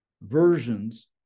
versions